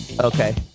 Okay